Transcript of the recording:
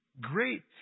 great